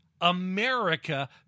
America